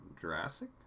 Jurassic